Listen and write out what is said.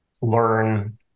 learn